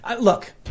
Look